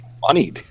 money